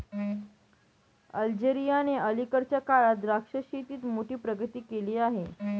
अल्जेरियाने अलीकडच्या काळात द्राक्ष शेतीत मोठी प्रगती केली आहे